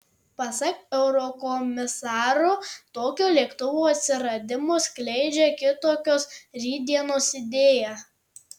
pasak eurokomisaro tokio lėktuvo atsiradimas skleidžia kitokios rytdienos idėją